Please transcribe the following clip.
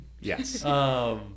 Yes